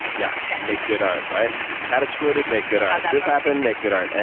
yeah. yeah make good art, right? cat exploded make good art. this happened make good art.